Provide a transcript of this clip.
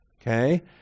okay